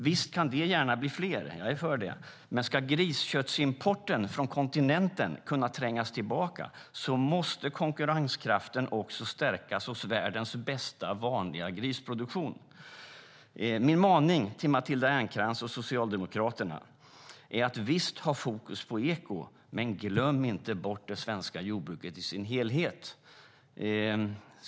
Visst kan de gärna bli fler, men om grisköttsimporten från kontinenten ska kunna trängas tillbaka måste konkurrenskraften stärkas hos världens bästa vanliga grisproduktion. Min uppmaning till Matilda Ernkrans och Socialdemokraterna är: Visst, ha fokus på eko, men glöm inte bort det svenska jordbruket i dess helhet!